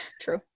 True